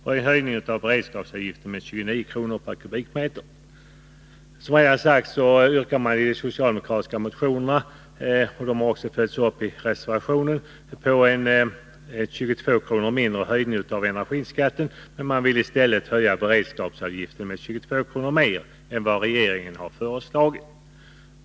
och en höjning av beredskapsavgiften med 29 kr./m?. I de socialdemokratiska motionerna, vilka följts upp i s-reservationerna, yrkas på en 22 kr. mindre höjning av energiskatten. Man vill i stället höja beredskapsavgiften med 22 kr. mer än vad regeringen föreslagit.